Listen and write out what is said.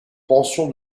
pension